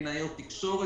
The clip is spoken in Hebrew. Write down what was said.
קלינאיות תקשורת,